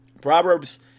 Proverbs